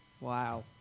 Wow